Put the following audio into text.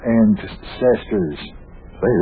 ancestors